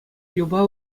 юпа